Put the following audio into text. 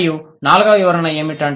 మరియు నాల్గవ వివరణ ఏమిటి